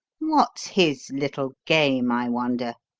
what's his little game, i wonder?